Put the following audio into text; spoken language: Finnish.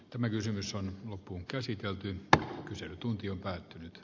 tämä kysymys on loppuunkäsitelty mutta kyselytunti on päättynyt